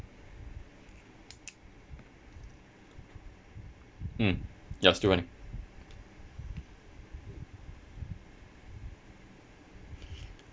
mm ya still running